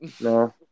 No